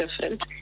different